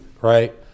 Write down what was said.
right